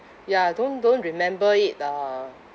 ya don't don't remember it uh